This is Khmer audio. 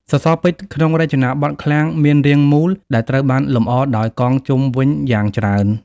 សសរពេជ្រក្នុងរចនាបថឃ្លាំងមានរាងមូល ដែលត្រូវបានលម្អដោយកងជុំវិញយ៉ាងច្រើន។